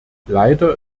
leider